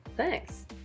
Thanks